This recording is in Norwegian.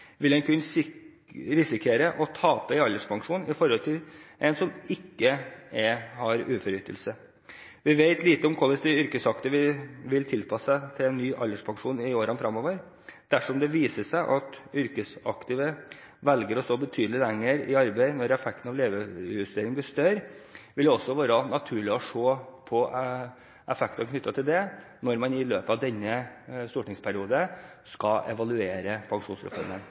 vil en kunne risikere å tape alderspensjon, sammenliknet med en som ikke har uføreytelse. Vi vet lite om hvordan de yrkesaktive vil tilpasse seg en ny alderspensjon i årene fremover. Dersom det viser seg at yrkesaktive velger å stå betydelig lenger i arbeid når effekten av levealdersjustering blir større, vil det også være naturlig å se på effekter knyttet til det, når man i løpet av denne stortingsperioden skal evaluere pensjonsreformen.